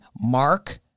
Mark